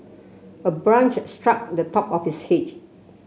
a branch struck the top of his hedge